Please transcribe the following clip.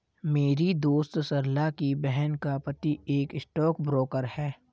मेरी दोस्त सरला की बहन का पति एक स्टॉक ब्रोकर है